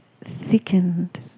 thickened